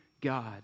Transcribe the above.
God